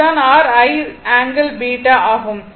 இது தான் r I ∠β ஆகும்